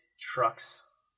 trucks